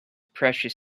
precious